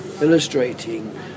illustrating